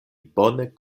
bone